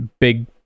Big